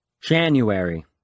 January